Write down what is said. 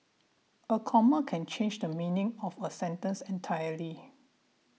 a comma can change the meaning of a sentence entirely